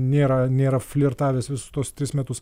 nėra nėra flirtavęs visus tuos tris metus